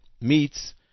meets